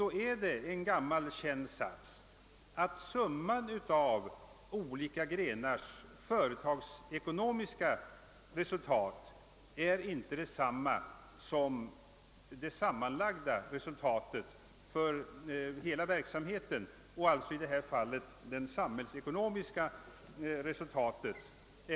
Det är en gammal känd sats att summan av olika grenars företagsekonomiska resultat inte är detsamma som det sammanlagda resultatet för hela verksamheten — alltså i detta fall det samhällsekonomiska resultatet.